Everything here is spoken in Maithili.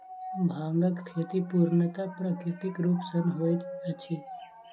भांगक खेती पूर्णतः प्राकृतिक रूप सॅ होइत अछि